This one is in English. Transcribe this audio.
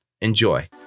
enjoy